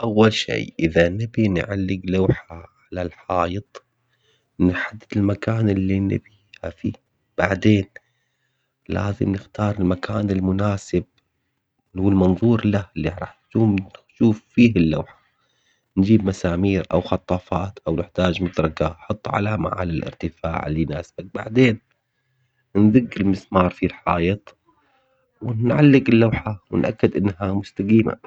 أول إذا نبي نعلق لوحة على الحايط نحدد المكان اللي نبيها فيه بعدين لازم نختار المكان المناسب والمنظور له اللي راح ن- نشوف فيه اللوحة، نجيب مسامير أو خطافات أو نحتاج مطرقة نحط علامة على الارتفاع اللي يناسب، بعدين ندق المسمار في الحايط ونعلق اللوحة ونتأكد إنها مستقيمة.